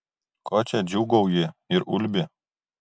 ko čia džiūgauji ir ulbi